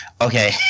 Okay